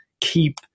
keep